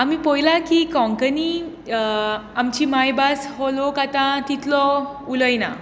आमी पळयलां की कोंकणी आमची मायभास हो लोक आतां तितलो उलयना